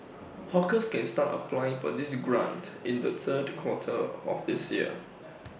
hawkers can start applying for this grant in the third quarter of this year